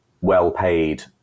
well-paid